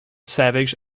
savage